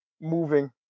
moving